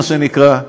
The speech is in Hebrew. מה שנקרא.